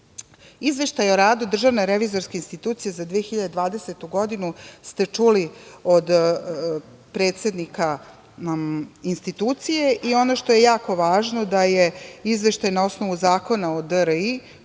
trendove. Izveštaj o radu Državne revizorske institucije za 2020. godinu ste čuli od predsednika institucije i ono što je jako važno da je izveštaj na osnovu Zakona o DRI,